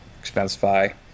Expensify